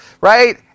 right